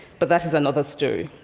but that is another story.